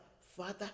Father